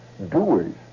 doers